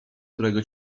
którego